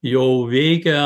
jau veikia